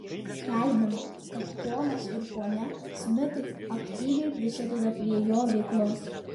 skelbiama kad ponas ir ponia smitai aktyviai prisideda prie jo veiklos